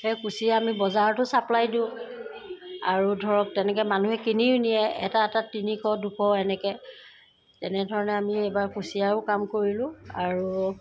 সেই কুঁচিয়া আমি বজাৰতো চাপ্লাই দিওঁ আৰু ধৰক তেনেকৈ মানুহে কিনিও নিয়ে এটা এটাত তিনিশ দুশ এনেকৈ তেনেধৰণে আমি এইবাৰ কুচিয়াৰো কাম কৰিলোঁ আৰু